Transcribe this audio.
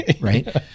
right